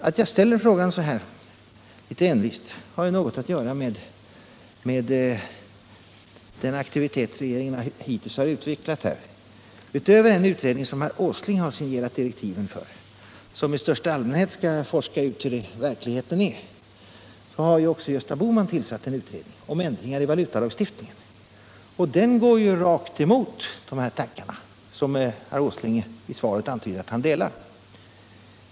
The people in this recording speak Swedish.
Att jag ställer frågan så här litet envist har något att göra med den aktivitet som regeringen hittills har utvecklat på området. Utöver den utredning som herr Åsling signerat direktiven för och som i största allmänhet skall forska ut hur det i verkligheten förhåller sig på det här området har ju också Gösta Bohman tillsatt en utredning om ändringar i valutalagstiftningen, och den går rakt emot de tankar som herr Åsling i svaret antyder att han delar.